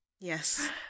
Yes